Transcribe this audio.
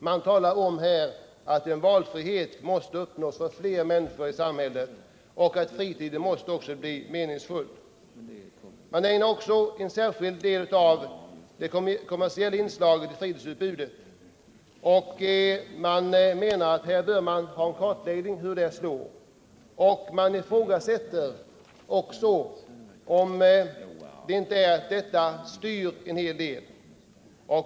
Man talar om att valfrihet måste uppnås för fler människor i samhället och att fritiden måste bli meningsfull. Man ägnar en särskild del åt det kommersiella inslaget i fritidsutbudet och menar att det behövs en kartläggning. Man frågar sig också om inte en hel del är styrt.